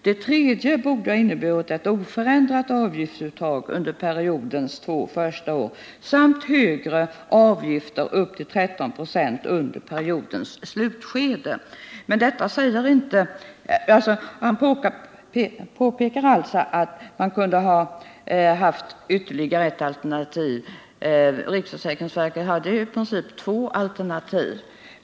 Det tredje borde ha inneburit ett oförändrat avgiftsuttag under periodens två första år samt högre avgifter upp till 13 96 under periodens slutskede.” Han påpekar alltså att man kunde ha haft ytterligare ett alternativ — riksförsäkringsverket hade i princip två alternativ.